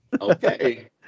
Okay